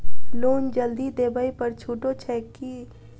Loan जल्दी देबै पर छुटो छैक की?